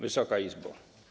Wysoka Izbo!